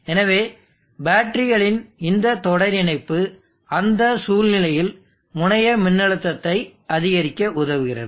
எனவே பேட்டரிகளின் இந்த தொடர் இணைப்பு அந்த சூழ்நிலையில் முனைய மின்னழுத்தத்தை அதிகரிக்க உதவுகிறது